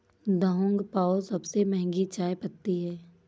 Da Hong Pao सबसे महंगी चाय पत्ती है